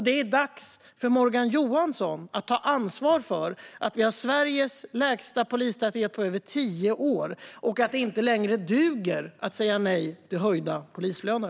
Det är dags för Morgan Johansson att ta ansvar för att vi har Sveriges lägsta polistäthet på över tio år och att det inte längre duger att säga nej till höjda polislöner.